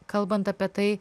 kalbant apie tai